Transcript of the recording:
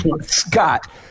Scott